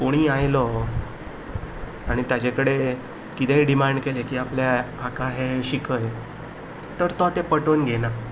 कोणूय आयलो आनी ताजे कडेन किदेंय डिमांड केलें की आपल्या हाका हें शिकय तर तो तें पटोवन घेयना